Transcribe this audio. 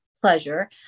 pleasure